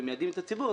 ומיידעים את הציבור.